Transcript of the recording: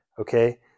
Okay